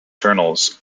journals